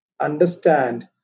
understand